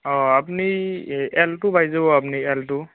অঁ আপুনি এল্ট' পাই যাব আপুনি এল্ট'